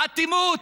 האטימות.